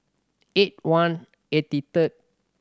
eight one eighty third